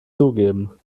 zugeben